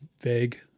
vague